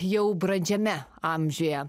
jau brandžiame amžiuje